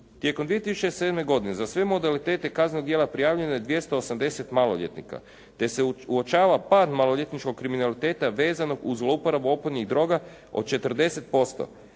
Tijekom 2007. godine za sve modalitete kaznenog djela prijavljeno je 280 maloljetnika, te se uočava pad maloljetničkog kriminaliteta vezano uz zlouporabu opojnih droga od 40%,